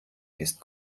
ist